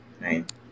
Right